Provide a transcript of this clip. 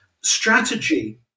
strategy